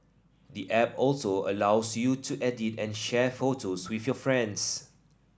the app also allows you to edit and share photos with your friends